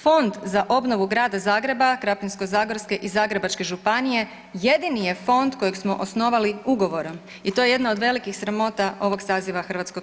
Fonda za obnovu Grada Zagreba, Krapinsko-zagorske i Zagrebačke županije jedini je fond kojeg smo osnovali ugovorom i to je jedna od velikih sramota ovog saziva HS.